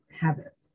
habit